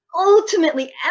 Ultimately